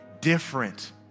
different